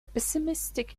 pessimistic